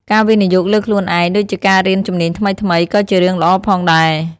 ការវិនិយោគលើខ្លួនឯង ដូចជាការរៀនជំនាញថ្មីៗ ក៏ជារឿងល្អផងដែរ។